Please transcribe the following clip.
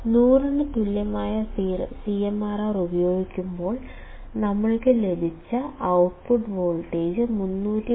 100 ന് തുല്യമായ CMRR ഉപയോഗിക്കുമ്പോൾ ഞങ്ങൾക്ക് ലഭിച്ച ഔട്ട്പുട്ട് വോൾട്ടേജ് 313